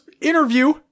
interview